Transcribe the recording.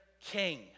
king